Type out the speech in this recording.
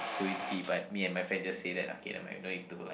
twenty but me and my friend just say that lah okay nevermind no need to like